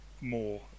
more